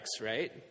right